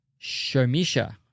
Shomisha